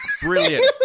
Brilliant